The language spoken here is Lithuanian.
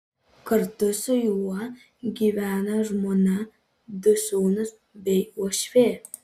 kartu su juo gyvena žmona du sūnūs bei uošvė